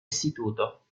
istituto